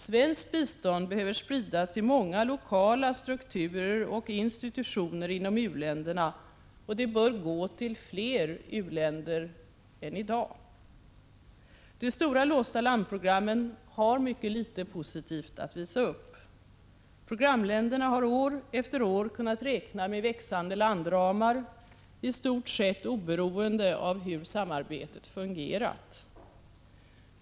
Svenskt bistånd behöver spridas till många lokala strukturer och institutioner inom u-länderna, och det bör gå till fler u-länder än i dag. De stora låsta landprogrammen har mycket litet positivt att visa upp. Programländerna har år efter år kunnat räkna med växande landramar, i stort sett oberoende av hur samarbetet fungerat.